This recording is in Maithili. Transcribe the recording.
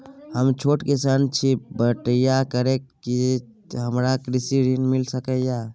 हम छोट किसान छी, बटईया करे छी कि हमरा कृषि ऋण मिल सके या?